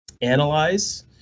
analyze